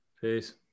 Peace